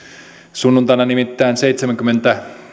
sunnuntaina nimittäin seitsemänkymmenen